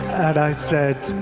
and i said,